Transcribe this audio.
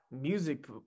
music